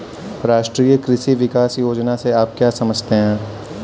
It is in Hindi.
राष्ट्रीय कृषि विकास योजना से आप क्या समझते हैं?